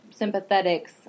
sympathetics